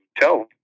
tell